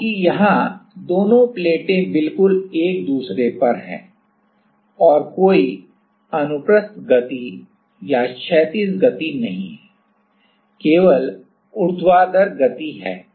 क्योंकि यहां दोनों प्लेटें बिल्कुल एक दूसरे पर हैं और कोई अनुप्रस्थ गति या क्षैतिज गति नहीं है केवल ऊर्ध्वाधर गति है